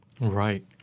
Right